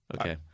Okay